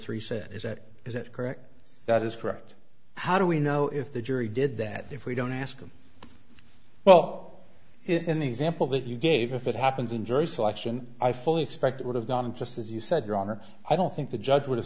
three said is that is it correct that is correct how do we know if the jury did that if we don't ask them well in the example that you gave if it happens in jury selection i fully expect it would have done just as you said your honor i don't think the judge would have